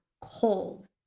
cold